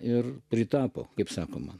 ir pritapo kaip sakoma